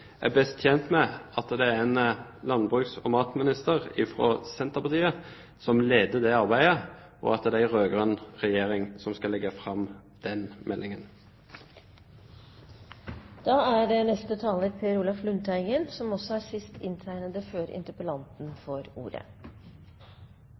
er best tjent med at det er en landbruks- og matminister fra Senterpartiet som leder det arbeidet, og at det er en rød-grønn regjering som skal legge fram den meldingen. Jeg er veldig glad for interpellasjonen, og det